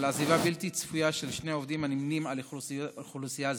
בשל עזיבה בלתי צפויה של שני עובדים הנמנים עם אוכלוסייה זו,